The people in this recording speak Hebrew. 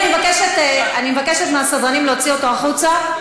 אני מבקשת מהסדרנים להוציא אותו החוצה.